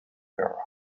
era